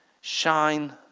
Shine